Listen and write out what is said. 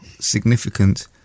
significant